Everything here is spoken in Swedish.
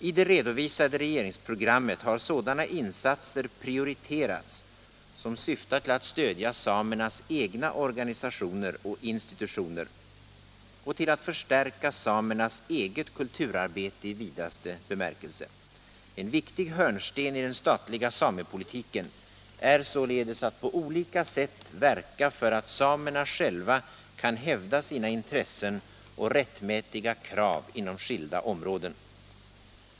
I det redovisade regeringsprogrammet har sådana insatser prioriterats som syftar till att stödja samernas egna organisationer och institutioner och till att förstärka samernas eget kulturarbete i vidaste bemärkelse. En viktig hörnsten i den statliga samepolitiken är således att på olika sätt verka för att samerna själva kan hävda sina intressen och rättmätiga krav inom skilda områden.